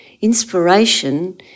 Inspiration